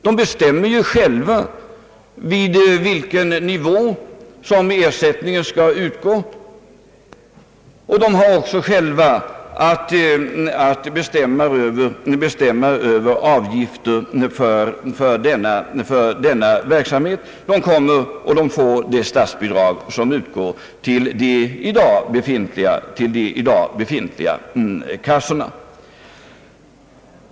De bestämmer ju själva vid vilken nivå ersättningen skall utgå, och de har också själva att bestämma över avgifter för denna verksamhet. De kommer då att få det statsbidrag som utgår till de i dag befintliga kassorna.